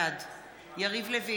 בעד אורלי לוי אבקסיס, בעד יריב לוין,